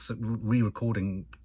re-recording